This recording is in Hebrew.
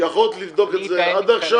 יכולת לבדוק את זה עד עכשיו.